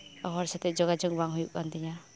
ᱦᱚᱲ ᱥᱟᱛᱮᱜ ᱡᱚᱜᱟᱡᱚᱜ ᱵᱟᱝ ᱦᱩᱭᱩᱜ ᱠᱟᱱᱛᱤᱧᱟᱹ